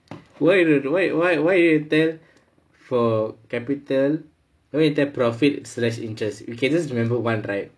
why why why why you tell for capital where you take profit slash interest you can just remember one right